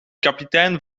kapitein